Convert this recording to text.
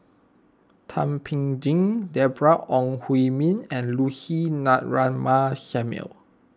Thum Ping Tjin Deborah Ong Hui Min and Lucy Ratnammah Samuel